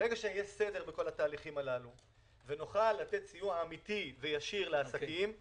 ברגע שיהיה סדר בכל התהליכים הללו ונוכל לתת סיוע אמיתי וישיר לעסקים,